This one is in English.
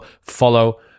follow